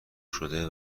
شده